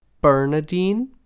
Bernadine